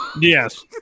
Yes